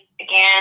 again